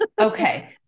Okay